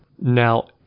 Now